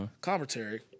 commentary